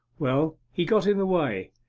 well, he got in the way,